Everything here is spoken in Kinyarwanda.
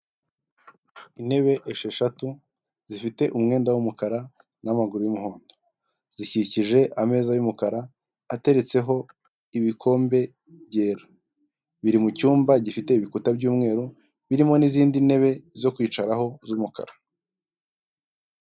Intebe esheshatu zifite umwenda w'umukara n'amaguru y'umuhondo zikikije ameza y'umukara ateretseho ibikombe byera, biri mu cyumba gifite ibikuta by'umweru birimo n'izindi ntebe zo kwicaraho z'umukara.